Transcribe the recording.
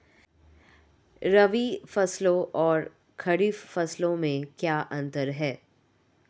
रबी फसलों और खरीफ फसलों में क्या अंतर है?